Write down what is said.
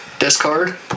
discard